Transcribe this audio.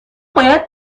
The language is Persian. باید